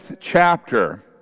chapter